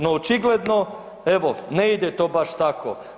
No, očigledno evo ne ide to baš tako.